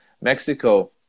Mexico